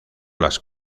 las